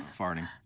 farting